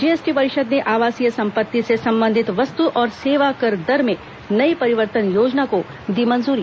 GST परिषद ने आवासीय संपत्ति से संबंधित वस्तु और सेवा कर दर में नई परिवर्तन योजना को दी मंजूरी